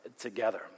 together